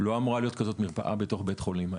לא אמורה להיות כזאת מרפאה בתוך בית חולים.